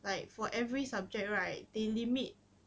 like for every subject right they limit